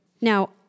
Now